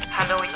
Hello